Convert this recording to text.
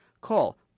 Call